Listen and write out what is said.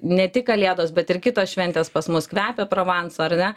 ne tik kalėdos bet ir kitos šventės pas mus kvepia provansu ar ne